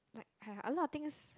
like uh a lot of things